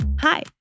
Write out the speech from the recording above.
Hi